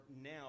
now